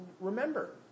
remember